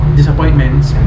disappointments